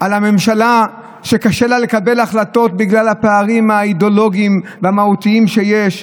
בממשלה שקשה לה לקבל החלטות בגלל הפערים האידיאולוגיים והמהותיים שיש?